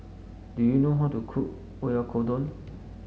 do you know how to cook Oyakodon